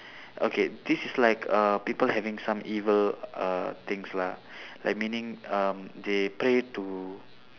okay this is like uh people having some evil uh things lah like meaning um they pray to